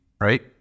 right